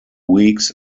weeks